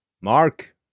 Mark